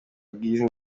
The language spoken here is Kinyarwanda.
bw’izi